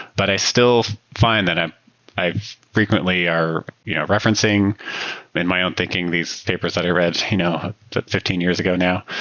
but i still find that i'm i'm frequently are you know referencing but in my own thinking these papers that i read you know fifteen years ago now,